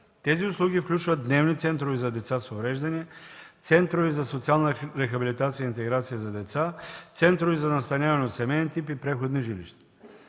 Тези услуги включват дневни центрове за деца с увреждания, центрове за социална рехабилитация и интеграция за деца, центрове за настаняване от семеен тип и преходни жилища.